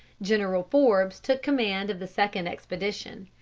general forbes took command of the second expedition.